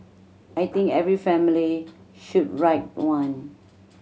I think every family should write one